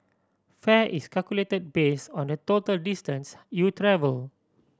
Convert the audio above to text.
fare is calculate base on the total distance you travel